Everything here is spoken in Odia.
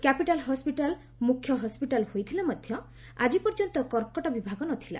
କ୍ୟାପିଟାଲ୍ ହସିଟାଲ୍ ମୁଖ୍ୟ ହସିଟାଲ୍ ହୋଇଥିଲେ ମଧ୍ଧ ଆଜି ପର୍ଯ୍ୟନ୍ତ କର୍କଟ ବିଭାଗ ନ ଥିଲା